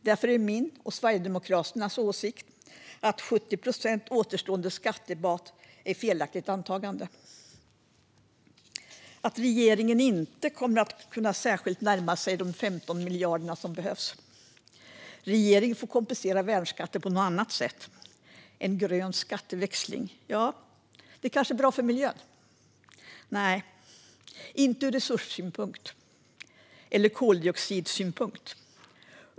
Därför är det min och Sverigedemokraternas åsikt att 70 procents återstående skattebas är ett felaktigt antagande och att regeringen inte kommer särskilt närmare de 15 miljarder som behövs. Regeringen får kompensera värnskatten på något annat sätt. En grön skatteväxling är kanske bra för miljön? Nej, inte ur resurs eller koldioxidsynpunkt.